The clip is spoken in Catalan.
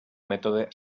mètode